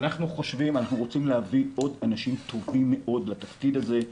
אנחנו רוצים להביא עוד אנשים טובים מאוד לתפקיד הזה,